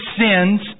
sins